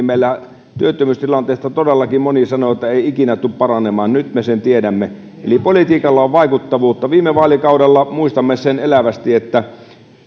meillä työttömyystilanteesta todellakin moni sanoi että ei ikinä tule paranemaan nyt me sen tiedämme eli politiikalla on vaikuttavuutta viime vaalikaudella muistamme sen elävästi